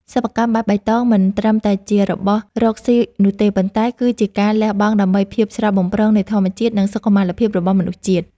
សិប្បកម្មបែបបៃតងមិនត្រឹមតែជារបរកស៊ីនោះទេ ប៉ុន្តែ គឺជាការលះបង់ដើម្បីភាពស្រស់បំព្រងនៃធម្មជាតិ និង សុខមាលភាពរបស់មនុស្សជាតិ។